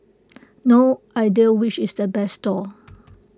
no idea which is the best stall